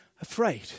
afraid